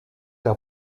der